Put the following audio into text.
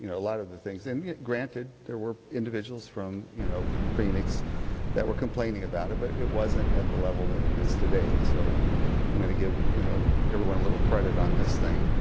you know a lot of the things and granted, there were individuals, you know, from phoenix that were complaining about it, but it wasn't at the level that it is today. so i'm going to give you know everyone a little credit on this thing.